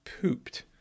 pooped